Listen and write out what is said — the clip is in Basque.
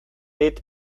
dit